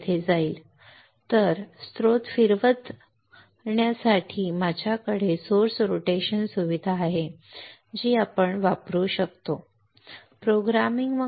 तर स्त्रोत फिरवत स्त्रोत फिरवण्यासाठी माझ्याकडे सोर्स रोटेशन सुविधा आहे जी आपण वापरून वापरू शकतो प्रोग्रामिंग